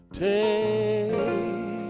take